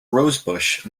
rosebush